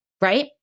Right